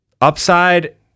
Upside